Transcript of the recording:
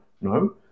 No